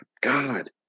God